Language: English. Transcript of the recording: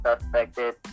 suspected